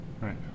Right